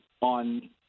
on